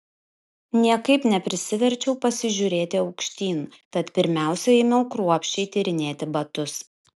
niekaip neprisiverčiau pasižiūrėti aukštyn tad pirmiausia ėmiau kruopščiai tyrinėti batus